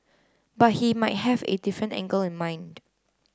but he might have a different angle in mind